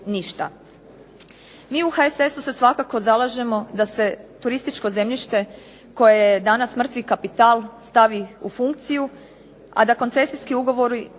Mi u HSS-u se svakako zalažemo da se turističko zemljište koje je danas mrtvi kapital stavi u funkciju, a da koncesijski ugovori